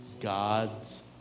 God's